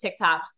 TikToks